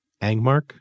Angmark